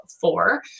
four